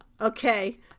Okay